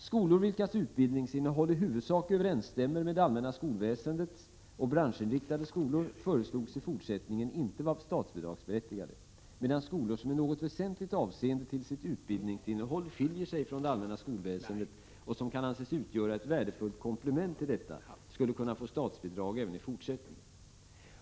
Skolor vilkas utbildningsinnehåll i huvudsak överensstämmer med det allmänna skolväsendets och branschinriktade skolor föreslogs i fortsättningen inte vara statsbidragsberättigade, medan skolor som i något väsentligt avsende till sitt utbildningsinnehåll skiljer sig från det allmänna skolväsendet och som kan anses utgöra ett värdefullt komplement till detta skulle kunna få statsbidrag även i fortsättningen.